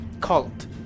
cult